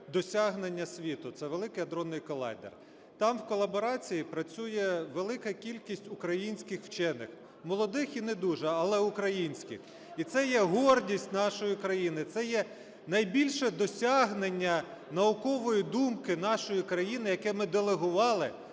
досягнення світу – це Великий андронний колайдер. Там в колаборації працює велика кількість українських вчених, молодих і не дуже, але українських. І це є гордість нашої країни, це є найбільше досягнення наукової думки нашої країни, яке ми делегували